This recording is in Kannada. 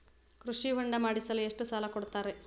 ಕೃಷಿ ಹೊಂಡ ಮಾಡಿಸಲು ಎಷ್ಟು ಸಾಲ ಕೊಡ್ತಾರೆ?